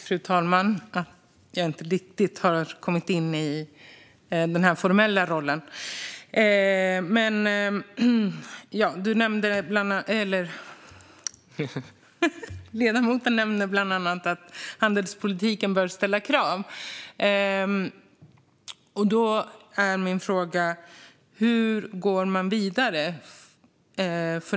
Fru talman! Ledamoten nämnde bland annat att handelspolitiken bör ställa krav. Då är min fråga: Hur går man vidare?